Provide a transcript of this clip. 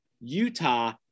Utah